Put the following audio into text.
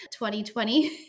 2020